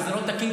וזה לא תקין,